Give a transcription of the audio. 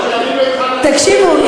תקשיבו,